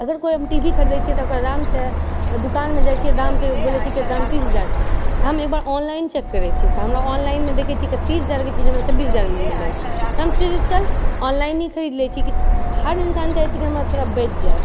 अगर कोइ हम टी वी खरिदै छियै तऽ ओकर दाम छै दूकानमे जाइ छियै दाम छै बोलै छै कि एकर दाम तीस हजार छै तऽ हम एकबार ऑनलाइन चेक करै छियै तऽ हमरा ऑनलाइनमे देखै छियै कि तीस हजारके चीज हमरा छब्बीस हजारमे मिल रहल छै तऽ हम सोचै छियै चल ऑनलाइने खरीद लै छियै कि हर इंसान चाहै छै कि हमरा थोड़ा बचि जाए